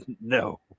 no